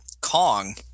Kong